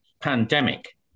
pandemic